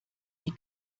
die